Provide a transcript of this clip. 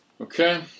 Okay